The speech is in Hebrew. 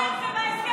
אלכס,